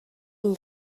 این